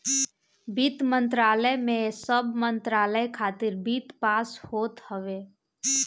वित्त मंत्रालय में सब मंत्रालय खातिर वित्त पास होत हवे